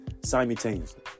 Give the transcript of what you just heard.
simultaneously